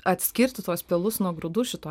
atskirti tuos pelus nuo grūdų šituo